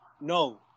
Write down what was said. no